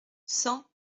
cent